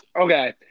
Okay